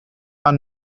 are